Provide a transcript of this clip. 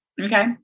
okay